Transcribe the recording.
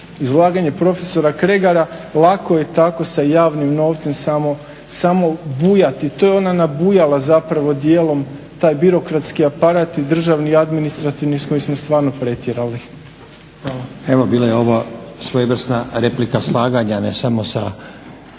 izlaganje profesora Kregara. Lako je tako sa javnim novcem samo bujati, to je ona nabujala zapravo dijelom, taj birokratski aparat i državni i administrativni s kojim smo stvarno pretjerali. Hvala. **Stazić, Nenad (SDP)** Evo bila je ovo svojevrsna replika slaganja ne samo sa